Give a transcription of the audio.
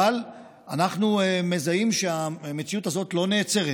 אבל אנחנו מזהים שהמציאות הזאת לא נעצרת,